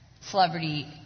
celebrity